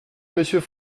monsieur